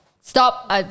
stop